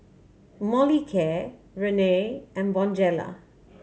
Molicare Rene and Bonjela